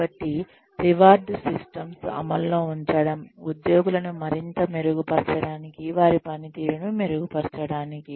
కాబట్టి reward systems అమల్లో ఉంచడం ఉద్యోగులను మరింత మెరుగుపరచడానికి వారి పనితీరును మెరుగుపరచడానికి